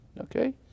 okay